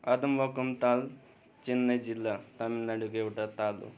आदमवक्कम ताल चेन्नई जिल्ला तमिलनाडूको एउटा ताल हो